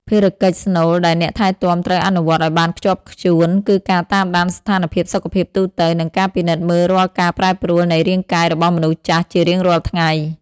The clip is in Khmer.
ភារកិច្ចស្នូលដែលអ្នកថែទាំត្រូវអនុវត្តឱ្យបានខ្ជាប់ខ្ជួន គឺការតាមដានស្ថានភាពសុខភាពទូទៅ និងការពិនិត្យមើលរាល់ការប្រែប្រួលនៃរាងកាយរបស់មនុស្សចាស់ជារៀងរាល់ថ្ងៃ។